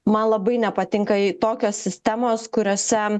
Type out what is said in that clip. man labai nepatinka jei tokios sistemos kuriose